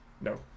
no